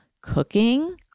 cooking